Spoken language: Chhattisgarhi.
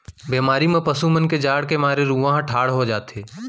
बेमारी म पसु मन के जाड़ के मारे रूआं ह ठाड़ हो जाथे